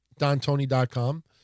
DonTony.com